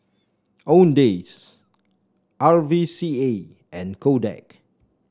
Owndays R V C A and Kodak